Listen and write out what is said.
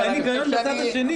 תראה, אין היגיון בצד השני.